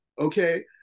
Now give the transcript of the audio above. Okay